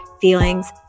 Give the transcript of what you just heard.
feelings